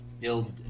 build